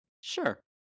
Sure